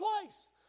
place